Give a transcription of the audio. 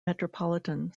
metropolitan